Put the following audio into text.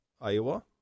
iowa